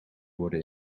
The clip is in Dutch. worden